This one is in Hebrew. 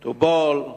טובול.